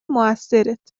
موثرت